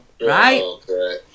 right